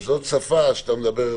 זאת שפה שאתה מדבר.